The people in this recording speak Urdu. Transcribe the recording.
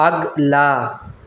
اگلا